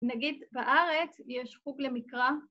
‫נגיד בארץ יש חוג למקרא.